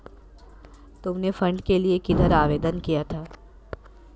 तुमने फंड के लिए किधर आवेदन किया था?